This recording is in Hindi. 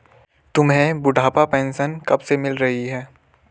तुम्हें बुढ़ापा पेंशन कब से मिल रही है?